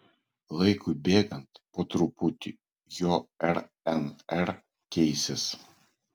laikui bėgant po truputį jo rnr keistis